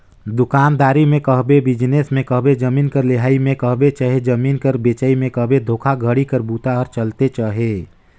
दुकानदारी में कहबे, बिजनेस में कहबे, जमीन कर लेहई में कहबे चहे जमीन कर बेंचई में कहबे धोखाघड़ी कर बूता हर चलते अहे